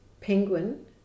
penguin